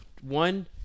one